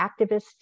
activists